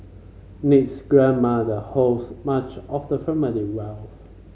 Nick's grandmother holds much of the family wealth